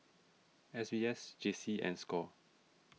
S B S J C and Score